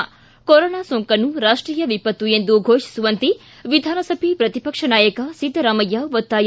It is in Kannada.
ಿ ಕೊರೊನಾ ಸೋಂಕನ್ನು ರಾಷ್ಟೀಯ ವಿಪತ್ತು ಎಂದು ಘೋಷಿಸುವಂತೆ ವಿಧಾನಸಭೆ ಪ್ರತಿಪಕ್ಷ ನಾಯಕ ಸಿದ್ದರಾಮಯ್ಯ ಒತ್ತಾಯ